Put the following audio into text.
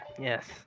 yes